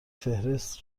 فهرست